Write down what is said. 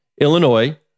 Illinois